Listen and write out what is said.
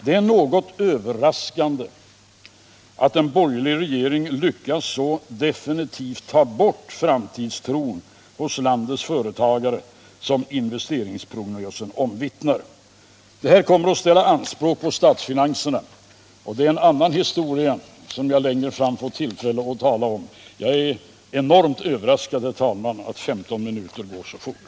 Det är något överraskande att en borgerlig regering så definitivt lyckats ta bort framtidstron hos landets företagare som investeringsprognosen omvittnar. Det här kommer att ställa anspråk på statsfinanserna, men det är en annan historia, som jag längre fram får tillfälle att tala om. Herr talman! Jag är enormt överraskad över att 15 minuter går så fort.